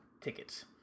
tickets